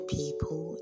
people